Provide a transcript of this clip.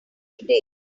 today